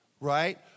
right